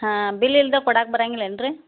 ಹಾಂ ಬಿಲ್ ಇಲ್ಲದೇ ಕೊಡಾಕೆ ಬರಂಗಿಲ್ಲ ಏನ್ರಿ